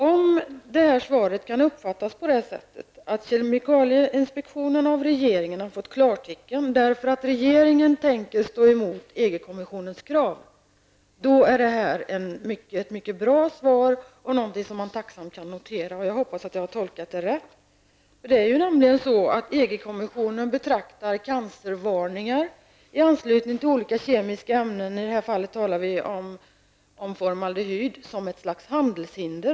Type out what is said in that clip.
Om svaret kan uppfattas så, att kemikalieinspektionen av regeringen har fått klartecken därför att regeringen tänker stå emot EG-kommissionens krav, då är detta ett mycket bra svar och någonting som man tacksamt kan notera. Jag hoppas att jag har tolkat svaret rätt. EG-kommissionen betraktar ju nämligen cancervarningar i anslutning till olika kemiska ämnen -- i detta fall talar vi om formaldehyd -- som ett slags handelshinder.